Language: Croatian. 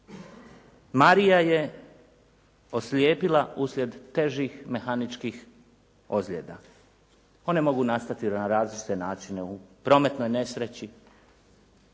Marija je oslijepila uslijed težih mehaničkih ozljeda. One mogu nastati na različite načine, u prometnoj nesreći,